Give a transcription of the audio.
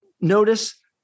notice